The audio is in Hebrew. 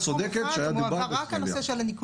את צודקת שהיה מדובר רק על הפנסיה.